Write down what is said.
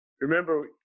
Remember